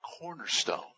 cornerstone